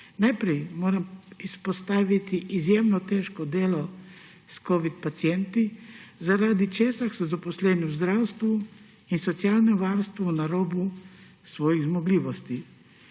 Najprej moram izpostaviti izjemno težko delo s covid pacienti, zaradi česar so zaposleni v zdravstvu in socialnem varstvu na robu svojih zmogljivosti.